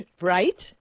Right